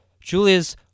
Julia's